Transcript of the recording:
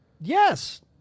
Yes